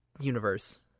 universe